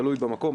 תלוי במקום,